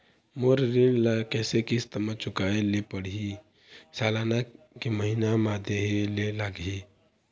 मोर ऋण ला कैसे किस्त म चुकाए ले पढ़िही, सालाना की महीना मा देहे ले लागही?